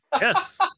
yes